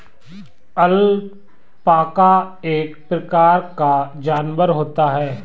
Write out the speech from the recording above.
alpaca एक प्रकार का जानवर होता है